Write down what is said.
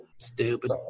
Stupid